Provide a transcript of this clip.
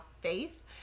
faith